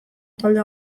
talde